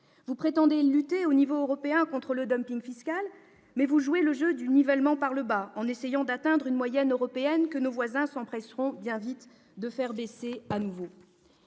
Vous prétendez lutter, à l'échelon européen, contre le fiscal, mais vous jouez le jeu du nivellement par le bas, en essayant d'atteindre une moyenne européenne que nos voisins s'empresseront bien vite de faire baisser à nouveau.